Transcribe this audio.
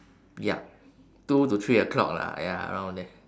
yup two to three o clock lah ya around there